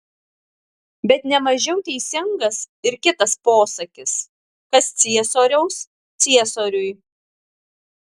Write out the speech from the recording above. bet ne mažiau teisingas ir kitas posakis kas ciesoriaus ciesoriui